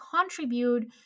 contribute